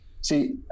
See